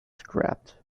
scrapped